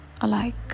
alike